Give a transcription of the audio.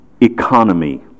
economy